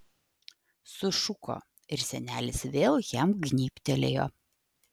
sušuko ir senelis vėl jam gnybtelėjo